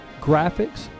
graphics